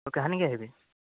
কাহানিকৈ আহিবি